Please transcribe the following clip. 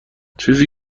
چیزی